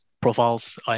profiles